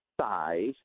size